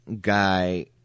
guy